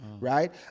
right